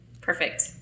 Perfect